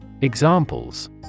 Examples